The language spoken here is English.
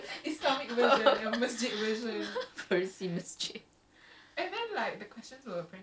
!wow! habis no one was able macam curious cat version